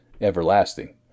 everlasting